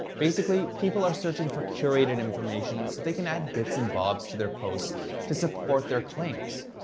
basically, people are searching for curated information so they can add bits and bobs to their posts to support their claims.